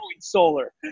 solar